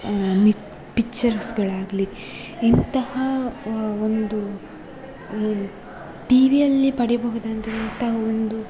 ನಿ ಪಿಚ್ಚರ್ಸುಗಳಾಗಲೀ ಇಂತಹ ಒಂದು ಏನು ಟಿ ವಿಯಲ್ಲಿ ಪಡೆಯಬಹುದಾದಂಥ ಒಂದು